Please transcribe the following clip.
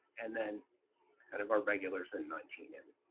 and then kind of our regulars in nineteenth.